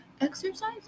exercise